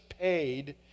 paid